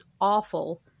awful